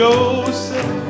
Joseph